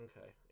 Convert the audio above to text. Okay